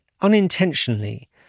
unintentionally